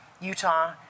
Utah